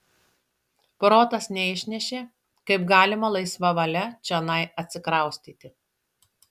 protas neišnešė kaip galima laisva valia čionai atsikraustyti